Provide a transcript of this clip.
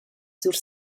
sur